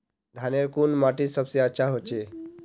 धानेर कुन माटित सबसे अच्छा होचे?